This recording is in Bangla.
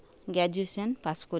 গ্র্যাজুয়েশন পাশ করি